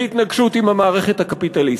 בהתנגשות עם המערכת הקפיטליסטית.